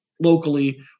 locally